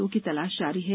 दो की तलाश जारी है